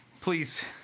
please